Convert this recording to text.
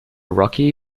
rocky